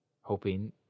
Hoping